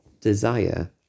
Desire